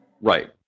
Right